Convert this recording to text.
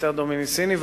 אסתר דומיניסיני,